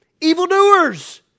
Evildoers